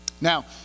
Now